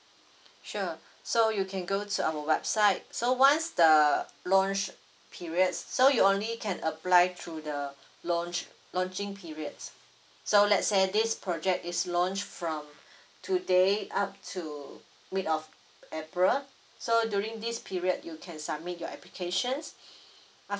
sure so you can go to our website so once the launch period so you only can apply through the launch launching periods so lets say this project is launch from today up to mid of april so during this period you can submit your applications